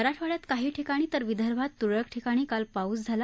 मराठवाड्यात काही ठिकाणी तर विदर्भात तुरळक ठिकाणी काल पाऊस झाला